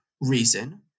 reason